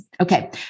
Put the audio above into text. Okay